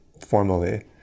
formally